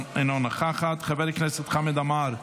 אינה נוכחת, חבר הכנסת חמד עמאר,